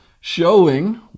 showing